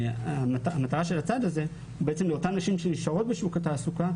מטרת הצעד הזה היא לתמרץ את אותן נשים שנשארות בשוק התעסוקה